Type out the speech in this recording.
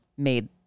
made